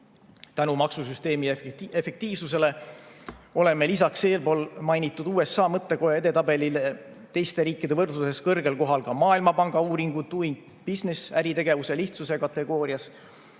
Tänu maksusüsteemi efektiivsusele oleme lisaks eespool mainitud USA mõttekoja edetabelile võrdluses teiste riikidega kõrgel kohal ka Maailmapanga uuringu Doing Business äritegevuse lihtsuse kategoorias